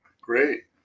Great